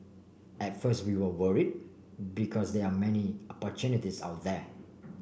at first we were worried because there are many opportunists out there